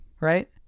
right